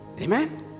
Amen